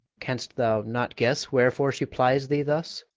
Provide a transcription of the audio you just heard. canst thou not guess wherefore she plies thee thus?